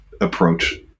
approach